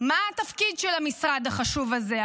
מה התפקיד של המשרד החשוב הזה,